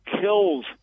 kills